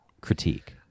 critique